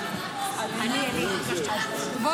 חברים, לשמור על שקט במליאה.